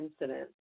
incident